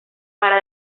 para